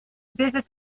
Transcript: visit